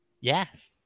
Yes